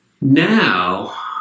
now